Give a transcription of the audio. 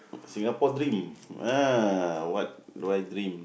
Singapore dream ah what why dream